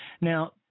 now